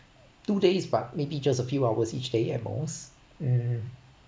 two days but maybe just a few hours each day at most mm